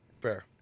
fair